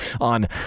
on